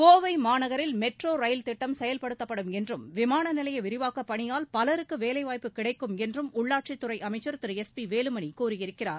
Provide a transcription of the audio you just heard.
கோவை மாநகரில் metro rail திட்டம் செயல்படுத்தப்படும் என்றும் விமான நிலைய விரிவாக்கப் பணியால் பலருக்கு வேலை வாய்ப்பு கிடைக்கும் என்றும் உள்ளாட்சித்துறை அமைச்சர் திரு எஸ் பி வேலுமணி கூறியிருக்கிறார்